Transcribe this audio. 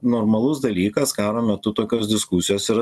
normalus dalykas karo metu tokios diskusijos yra